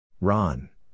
Ron